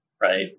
right